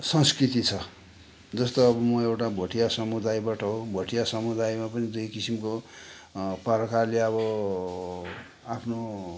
संस्कृति छ जस्तो अब म एउटा भोटिया समुदायबाट हो भोटिया समुदायमा पनि दुई किसिमको प्रकारले अब आफ्नो